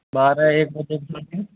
बारह एक बजे के समथिंग